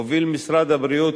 הוביל משרד הבריאות,